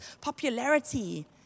popularity